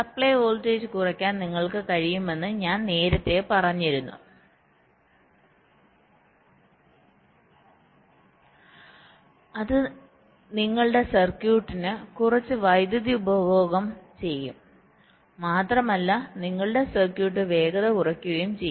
supply voltage കുറയ്ക്കാൻ നിങ്ങൾക്ക് കഴിയുമെന്ന് ഞാൻ നേരത്തെ പറഞ്ഞിരുന്നു അത് നിങ്ങളുടെ സർക്യൂട്ടിന് കുറച്ച് വൈദ്യുതി ഉപഭോഗം ചെയ്യും മാത്രമല്ല നിങ്ങളുടെ സർക്യൂട്ട് വേഗത കുറയുകയും ചെയ്യും